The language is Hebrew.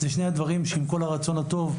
אלה שני הדברים שעם כל הרצון הטוב,